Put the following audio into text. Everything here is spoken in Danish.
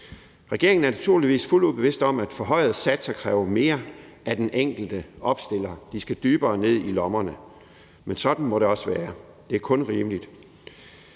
Regeringen er naturligvis fuldt ud bevidste om, at forhøjede satser kræver mere af den enkelte opstiller – de skal dybere ned i lommerne. Men sådan må det også være. Det er kun rimeligt.